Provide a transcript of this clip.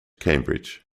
cambridge